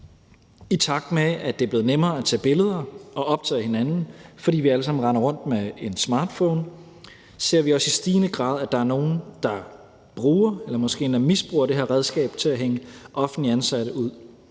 I takt med at det er blevet nemmere at tage billeder og optage hinanden, fordi vi alle sammen render rundt med en smartphone, ser vi også i stigende grad, at der er nogle, der bruger – eller måske endda misbruger – det her redskab til at hænge offentligt ansatte ud.